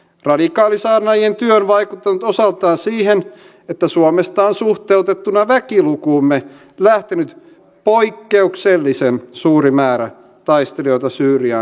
radikaalisaarnaajien työ on vaikuttanut osaltaan siihen että suomesta on suhteutettuna väkilukuumme lähtenyt poikkeuksellisen suuri määrä taistelijoita syyriaan ja irakiin